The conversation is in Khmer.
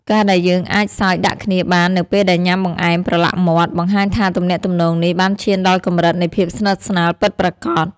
ការដែលយើងអាចសើចដាក់គ្នាបាននៅពេលដែលញ៉ាំបង្អែមប្រឡាក់មាត់ បង្ហាញថាទំនាក់ទំនងនេះបានឈានដល់កម្រិតនៃភាពស្និទ្ធស្នាលពិតប្រាកដ។